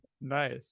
nice